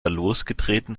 losgetreten